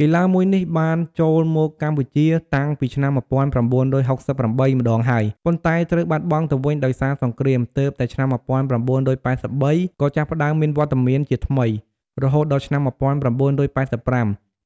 កីឡាមួយនេះបានចូលមកកម្ពុជាតាំងពីឆ្នាំ ១៩៦៨ ម្តងហើយ ប៉ុន្តែត្រូវបាត់បង់ទៅវិញដោយសារសង្គ្រាម ទើបតែឆ្នាំ ១៩៨៣ ក៏ចាប់ផ្ដើមមានវត្តមានជាថ្មី រហូតដល់ឆ្នាំ ១៩៨៥